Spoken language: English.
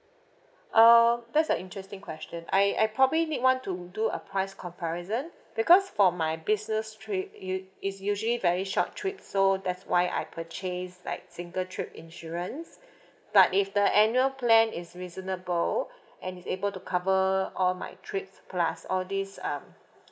err that's an interesting question I I probably need want to do a price comparison because for my business trip u~ is usually very short trip so that's why I purchase like single trip insurance but if the annual plan is reasonable and is able to cover all my trips plus all these um